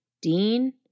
Dean